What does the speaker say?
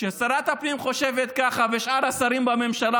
כששרת הפנים חושבת כך ושאר השרים בממשלה